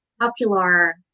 popular